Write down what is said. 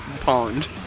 Pond